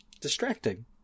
distracting